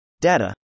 data